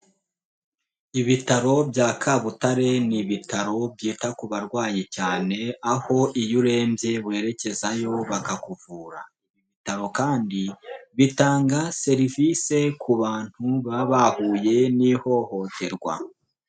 Ibitaro bya Kabutare ni ibitaro byita ku barwayi cyane aho iyo urembye werekezayo bakakuvura, ibitaro kandi bitanga serivisi ku bantu baba bahuye n'ihohoterwa.